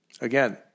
again